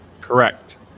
Correct